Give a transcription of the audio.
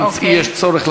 אם יש צורך,